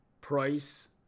price